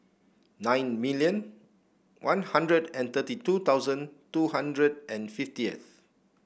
nine million One Hundred and thirty two thousand two hundred and fifties